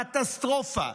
קטסטרופה.